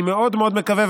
אני מאוד מאוד מקווה,